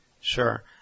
Sure